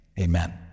Amen